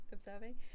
Observing